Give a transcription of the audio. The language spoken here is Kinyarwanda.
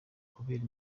kubera